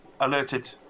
alerted